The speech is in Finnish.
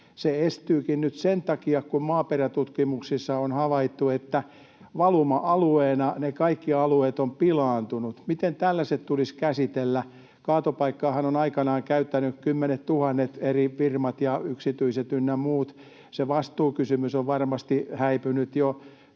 se estyykin nyt sen takia, kun maaperätutkimuksissa on havaittu, että valuma-alueena ne kaikki alueet ovat pilaantuneet. Miten tällaiset tulisi käsitellä? Kaatopaikkaahan ovat aikanaan käyttäneet kymmenet tuhannet eri firmat ja yksityiset ynnä muut. Se vastuukysymys on varmasti häipynyt jo